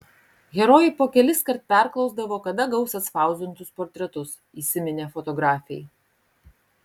herojai po keliskart perklausdavo kada gaus atspausdintus portretus įsiminė fotografei